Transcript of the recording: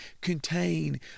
contain